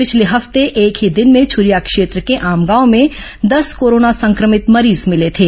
पिछले हफ्ते ही एक ही दिन में छरिया क्षेत्र के आमगांव में दस कोरोना संक्रमित मरीज मिले थे